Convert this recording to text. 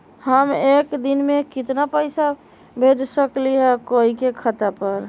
हम एक दिन में केतना पैसा भेज सकली ह कोई के खाता पर?